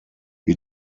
wir